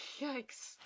yikes